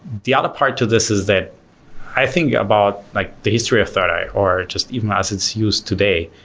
the other part to this is that i think about like the history of thirdeye, or just even as it's used today,